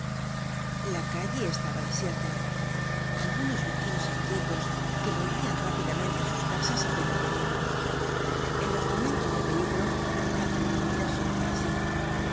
la calle estaba desierta algunos vecinos inquietos que volvian rápidamente á sus casas apenas le vieron en los momentos de peligro cada uno mira solo para sí